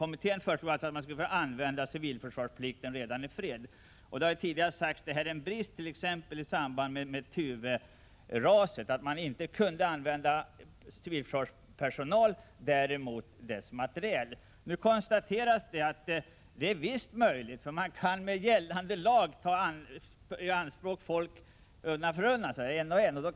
Kommittén föreslog att man skulle få använda civilförsvarsplikten även i fred. Det har tidigare, exempelvis i samband med Tuveraset, sagts att det var en brist att man inte kunde använda civilförsvarets personal — men däremot dess materiel. Nu konstateras att det visst är möjligt. Man kan nämligen med gällande lag ta folk i anspråk undan för undan, dvs. en och en.